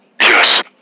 Yes